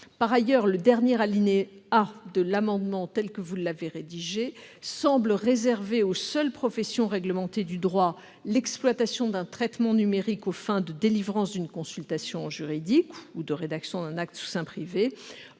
Par ailleurs, le dernier alinéa de l'amendement, tel que vous l'aviez rédigé, semblait réserver aux seules professions réglementées du droit l'exploitation d'un traitement numérique aux fins de délivrance d'une consultation juridique ou de rédaction d'un acte sous seing privé.